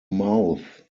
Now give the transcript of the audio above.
mouth